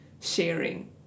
sharing